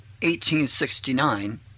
1869